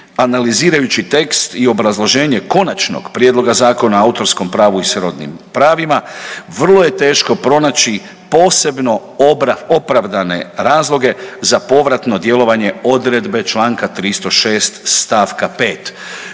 analizirajući tekst i obrazloženje konačnog prijedloga zakona o autorskom pravu i srodnim pravima vrlo je teško pronaći posebno opravdane razloge za povratno djelovanje odredbe članka 306. stavka 5.